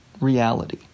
reality